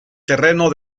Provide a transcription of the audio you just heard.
terreno